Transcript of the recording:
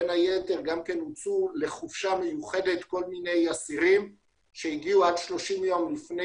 בין היתר הוצאו לחופשה מיוחדת כל מיני אסירים שהגיעו עד 30 יום לפני